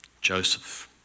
Joseph